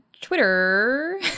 twitter